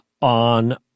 on